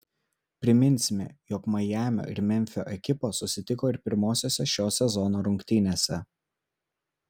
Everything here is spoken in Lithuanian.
priminsime jog majamio ir memfio ekipos susitiko ir pirmosiose šio sezono rungtynėse